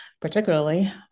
particularly